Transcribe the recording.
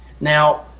Now